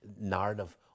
narrative